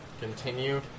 continue